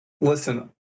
Listen